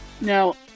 now